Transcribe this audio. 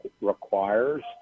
requires